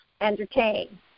entertain